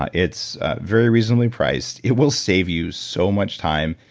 ah it's very reasonably priced. it will save you so much time.